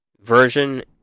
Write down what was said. version